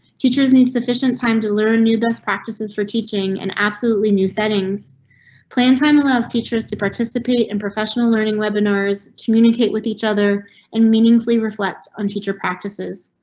teachers need sufficient time to learn new best practices for teaching an absolutely new settings plan. time allows teachers to participate in professional learning. webinars communicate with each other and meaningfully reflect on teacher practices.